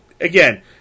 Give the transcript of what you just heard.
again